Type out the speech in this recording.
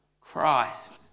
Christ